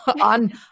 on